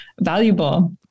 valuable